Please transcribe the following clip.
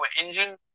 engine